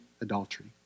adultery